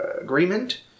agreement